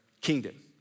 kingdom